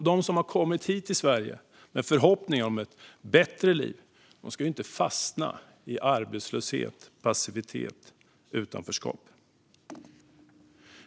De som har kommit hit till Sverige med förhoppningen om ett bättre liv ska inte fastna i arbetslöshet, passivitet och utanförskap.